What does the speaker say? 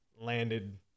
landed